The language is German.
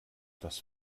das